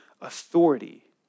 authority